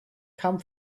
come